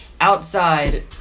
outside